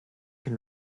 can